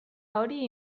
hori